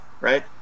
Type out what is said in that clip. right